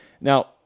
Now